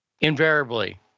invariably